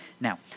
Now